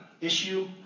issue